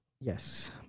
Yes